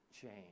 change